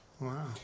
Wow